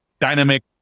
dynamic